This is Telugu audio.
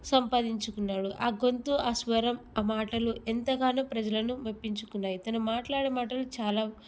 సంపాదించుకున్నాడు ఆ గొంతు ఆ స్వరం ఆ మాటలు ఎంతగానో ప్రజలను మెప్పించుకున్నాయి తను మాట్లాడే మాటలు చాలా